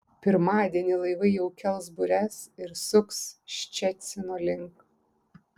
pirmadienį laivai jau kels bures ir suks ščecino link